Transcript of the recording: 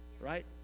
Right